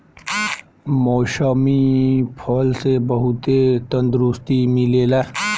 मौसमी फल से बहुते तंदुरुस्ती मिलेला